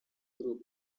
group